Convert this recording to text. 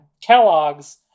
Kellogg's